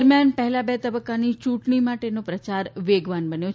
દરમિયાન પહેલા બે તબક્કાની ચૂંટણીઓનો પ્રચાર વેગવાન બન્યો છે